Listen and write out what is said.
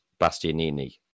Bastianini